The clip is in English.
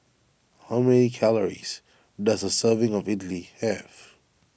how many calories does a serving of Idili have